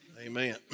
Amen